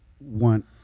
want